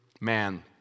man